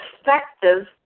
effective